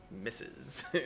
Misses